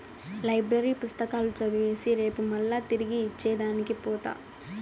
library పుస్తకాలు చదివేసి రేపు మల్లా తిరిగి ఇచ్చే దానికి పోత